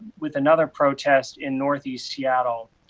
with another protest in northeast seattle.